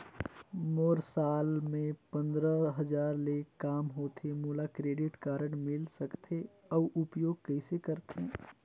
मोर साल मे पंद्रह हजार ले काम होथे मोला क्रेडिट कारड मिल सकथे? अउ उपयोग कइसे करथे?